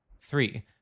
Three